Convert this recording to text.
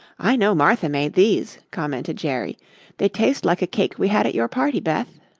i know martha made these, commented jerry they taste like a cake we had at your party, beth.